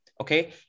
Okay